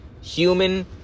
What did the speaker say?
human